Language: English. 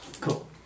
Cool